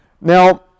Now